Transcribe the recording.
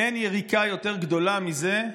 אין יריקה יותר גדולה מזה,